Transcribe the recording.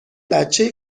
بچه